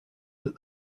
that